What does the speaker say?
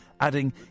adding